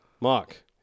Mark